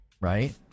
Right